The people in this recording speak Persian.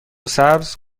سبز